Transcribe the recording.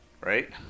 right